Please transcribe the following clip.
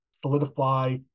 solidify